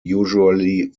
usually